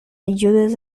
ayudes